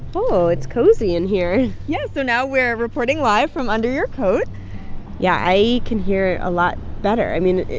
oh, it's cozy in here yeah. so now we're reporting live from under your coat yeah, i can hear a lot better. i mean,